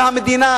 והמדינה,